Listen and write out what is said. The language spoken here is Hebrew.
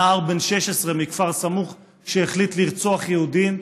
נער בן 16 מכפר סמוך שהחליט לרצוח יהודים,